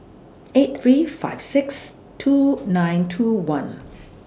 eight three five six two nine two one